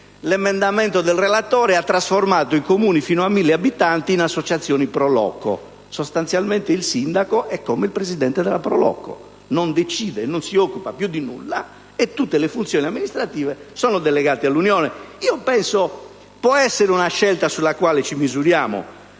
l'emendamento del relatore ha trasformato i Comuni fino a 1.000 abitanti in associazioni Pro Loco. Sostanzialmente, il sindaco è come il presidente della Pro Loco: non decide, non si occupa più di nulla, e tutte le funzioni amministrative sono delegate all'unione. Può essere una scelta sulla quale ci misuriamo,